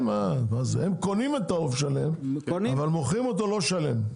אז הם קונים את העוף שלם אבל מוכרים אותו לא שלם?